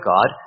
God